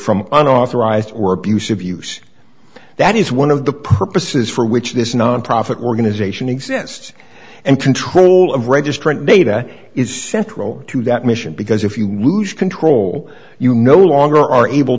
from unauthorized or abusive use that is one of the purposes for which this nonprofit organization exists and control of registrant data is central to that mission because if you lose control you no longer are able